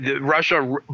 Russia